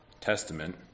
Testament